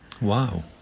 Wow